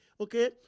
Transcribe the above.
okay